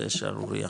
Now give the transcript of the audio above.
זה שערורייה.